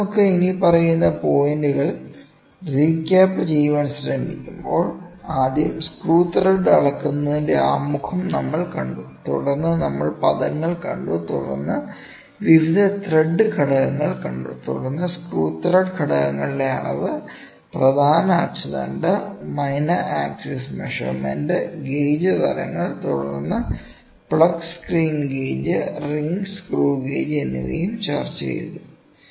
അതിനാൽ നമുക്ക് ഇനിപ്പറയുന്ന പോയിന്റുകൾ റീക്യാപ്പ് ചെയ്യാൻ ശ്രമിക്കുമ്പോൾ ആദ്യം സ്ക്രൂ ത്രെഡ് അളക്കുന്നതിന്റെ ആമുഖം നമ്മൾ കണ്ടു തുടർന്ന് നമ്മൾ പദങ്ങൾ കണ്ടു തുടർന്ന് വിവിധ ത്രെഡ് ഘടകങ്ങൾ കണ്ടു തുടർന്ന് സ്ക്രൂ ത്രെഡ് ഘടകങ്ങളുടെ അളവ് പ്രധാന അച്ചുതണ്ട് മൈനർ ആക്സിസ് മെഷർമെന്റ് ഗേജ് തരങ്ങൾ തുടർന്ന് plug screen gauge ring screw gauge എന്നിവയും ചർച്ച ചെയ്തു